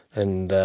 and